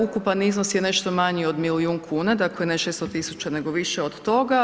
Ukupan iznos je nešto manje od milijun kuna, dakle ne 600 tisuća nego više od toga.